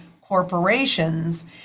corporations